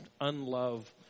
unlove